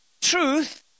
truth